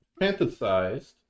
fantasized